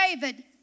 David